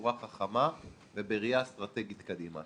בצורה חכמה ובראייה אסטרטגית קדימה.